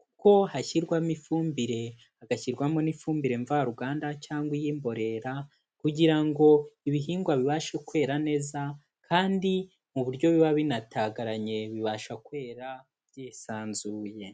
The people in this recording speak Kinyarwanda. kuko hashyirwamo ifumbire, hagashyirwamo n'ifumbire mvaruganda cyangwa iy'imborera kugira ngo ibihingwa bibashe kwera neza kandi mu buryo biba binatagaranye bibasha kwera byisanzuye.